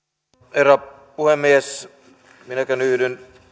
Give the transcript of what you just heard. herra puhemies minäkin yhdyn